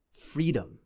Freedom